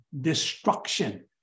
destruction